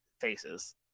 faces